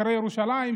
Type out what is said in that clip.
אחרי ירושלים,